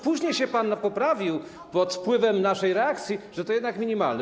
Później się pan poprawił pod wpływem naszej reakcji, że to jednak minimalna liczba.